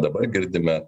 dabar girdime